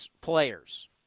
players